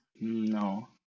No